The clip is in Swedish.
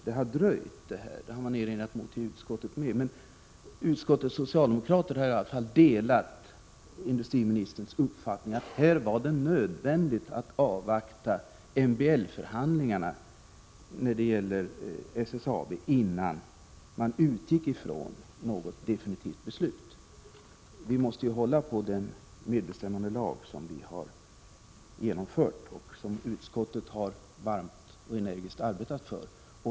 Det har gjorts erinringar — även i utskottet — om att detta har dröjt. Men utskottets socialdemokrater har i varje fall delat industriministerns uppfattning att det var nödvändigt att avvakta MBL-förhandlingarna när det gäller SSAB, innan man fattade något definitivt beslut. Vi måste ju hålla på den medbestämmandelag som vi har infört och som utskottet varmt och energiskt har arbetat för.